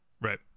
Right